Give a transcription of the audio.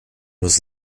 was